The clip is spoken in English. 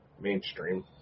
mainstream